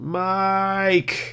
mike